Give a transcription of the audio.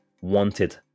wanted